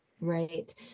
Right